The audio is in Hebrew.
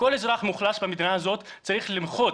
כל אזרח במדינה הזאת צריך למחות